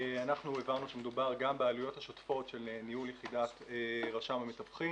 אנחנו הבנו שמדובר גם בעלויות השוטפת של ניהול יחידת רשם המתווכים,